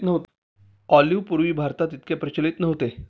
olive पूर्वी भारतात इतके प्रचलित नव्हते